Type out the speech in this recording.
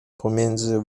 pomiędzy